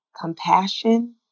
compassion